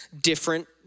different